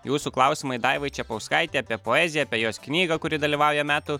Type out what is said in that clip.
jūsų klausimai daivai čepauskaitei apie poeziją apie jos knygą kuri dalyvauja metų